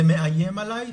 זה מאיים עליי,